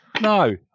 no